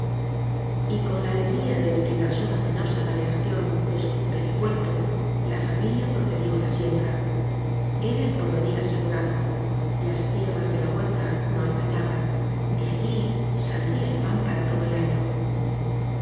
y con la alegría del que tras una penosa navegación descubre el puerto la familia pro cedió á la siembra era el porvenir asegurado las tierras de la huerta no engañaban de allí saldría el pan para todo el año